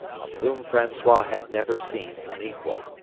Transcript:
of whom francois had never seen an equal.